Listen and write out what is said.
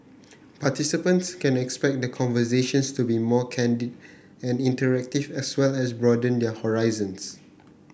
participants can expect the conversations to be more candid and interactive as well as broaden their horizons